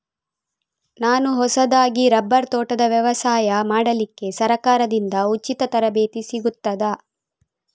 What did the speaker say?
ನಾನು ಹೊಸದಾಗಿ ರಬ್ಬರ್ ತೋಟದ ವ್ಯವಸಾಯ ಮಾಡಲಿಕ್ಕೆ ಸರಕಾರದಿಂದ ಉಚಿತ ತರಬೇತಿ ಸಿಗುತ್ತದಾ?